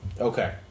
Okay